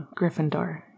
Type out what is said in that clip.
Gryffindor